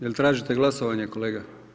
Jel tražite glasovanje kolega?